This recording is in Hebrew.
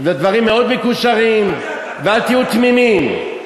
הדברים מאוד מקושרים, אל תהיו תמימים.